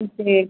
जी